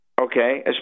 okay